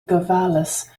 gofalus